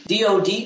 DoD